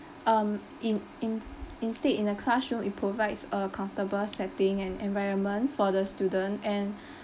um in in instead in the classroom it provides a comfortable setting and environment for the student and